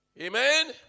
Amen